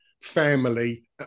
family